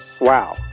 Wow